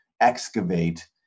excavate